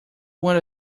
one